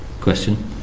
question